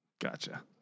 Gotcha